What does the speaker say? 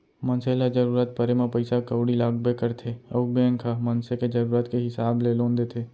मनसे ल जरूरत परे म पइसा कउड़ी लागबे करथे अउ बेंक ह मनसे के जरूरत के हिसाब ले लोन देथे